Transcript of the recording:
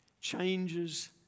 changes